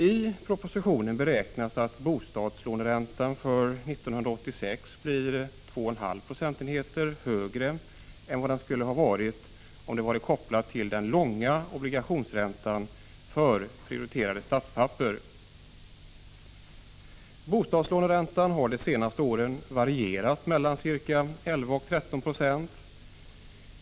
I propositionen beräknas att bostadslåneräntan för 1986 blir 2,5 procentenheter högre än vad den skulle ha varit om den varit kopplad till den långa obligationsräntan för prioriterade statspapper. Bostadslåneräntan har de senaste åren varierat mellan 11 och 13 96.